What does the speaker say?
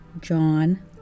John